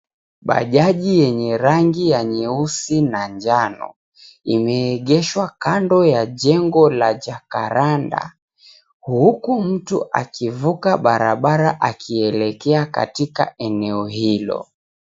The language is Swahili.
Bajaji yenye rangi ya nyeusi na njano, imeegeshwa kando ya jengo la jacaranda, huku mtu akivuka barabra akielekea katika eneo hilo.